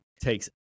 takes